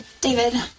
David